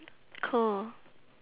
cool